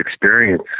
experience